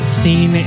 seen